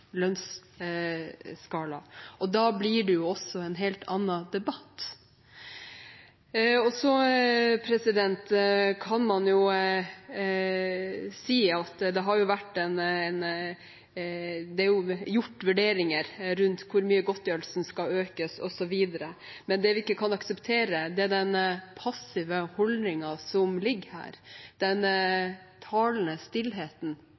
lønnsskala, og da blir det også en helt annen debatt. Man kan si at det er gjort vurderinger av hvor mye godtgjørelsen skal økes, osv. Det vi ikke kan akseptere, er den passive holdningen som ligger her, den talende stillheten